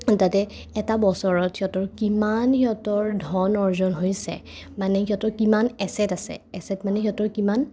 তাতে এটা বছৰত সিহঁতৰ কিমান সিহঁতৰ ধন অৰ্জন হৈছে মানে সিহঁতৰ কিমান এচেট আছে এচেট মানে সিহঁতৰ কিমান